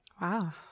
wow